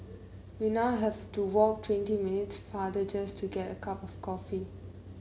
we now have to walk twenty minutes farther just to get a cup of coffee